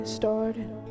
started